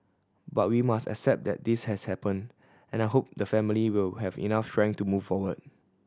but we must accept that this has happened and I hope the family will have enough strength to move forward